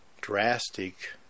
drastic